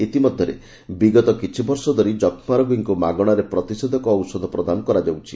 ଇତିମଧ୍ୟରେ ବିଗତ କିଛି ବର୍ଷ ଧରି ଯକ୍ଷ୍ମା ରୋଗୀଙ୍କୁ ମାଗଣାରେ ପ୍ରତିଷେଧକ ଔଷଧ ପ୍ରଦାନ କରାଯାଉଛି